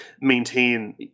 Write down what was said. maintain